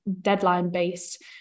deadline-based